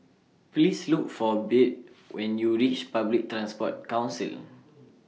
Please Look For Byrd when YOU REACH Public Transport Council